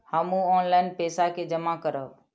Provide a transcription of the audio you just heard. हमू ऑनलाईनपेसा के जमा करब?